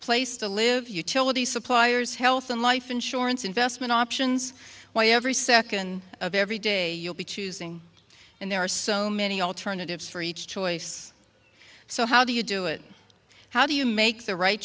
place to live utility supplier's health and life insurance investment options why every second of every day you'll be choosing and there are so many alternatives for each choice so how do you do it how do you make the right